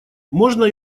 можно